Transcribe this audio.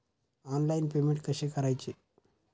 Online payment कसे करायचे?